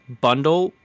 bundle